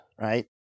right